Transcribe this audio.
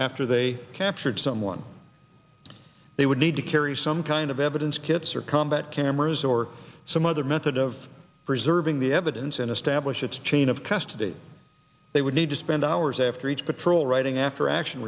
after they captured someone they would need to carry some kind of evidence kits or combat cameras or some other method of preserving the evidence and establish its chain of custody they would need to spend hours after each patrol writing after action